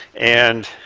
and